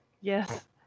yes